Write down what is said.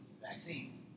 vaccine